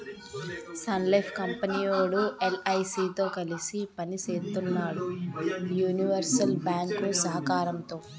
Sun Life company వోడు LIC తో కలిసి పని సేత్తన్నాడు యూనివర్సల్ బ్యేంకు సహకారంతో